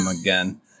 again